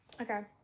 okay